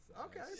Okay